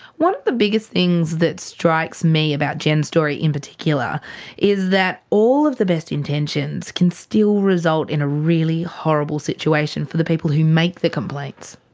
one of the biggest things that strikes me about jen's story in particular is that all of the best intentions can still result in a really horrible situation for the people who make the complaints.